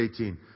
18